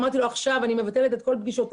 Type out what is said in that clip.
אמרתי לו שאני מבטלת את כל פגישותיי,